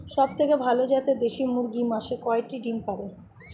সবথেকে ভালো জাতের দেশি মুরগি মাসে কয়টি ডিম পাড়ে?